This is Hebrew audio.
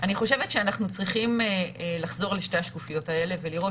אני חושבת שאנחנו צריכים לחזור על שתי השקופיות האלה ולראות